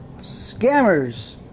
Scammers